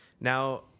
now